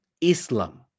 Islam